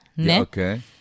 Okay